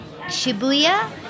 Shibuya